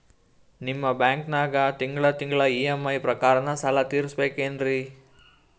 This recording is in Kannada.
ನಿಮ್ಮ ಬ್ಯಾಂಕನಾಗ ತಿಂಗಳ ತಿಂಗಳ ಇ.ಎಂ.ಐ ಪ್ರಕಾರನ ಸಾಲ ತೀರಿಸಬೇಕೆನ್ರೀ?